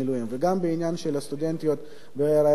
וגם בעניין של הסטודנטיות בהיריון,